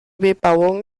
bebauung